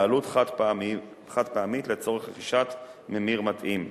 בעלות חד-פעמית לצורך רכישת ממיר מתאים.